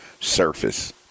surface